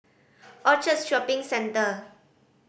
Orchard Shopping Centre